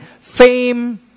fame